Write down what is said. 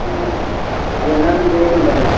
ആ ആ ആ അത് എല്ലാം പോയിട്ടുണ്ട് അല്ലേ